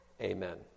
Amen